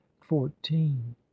fourteen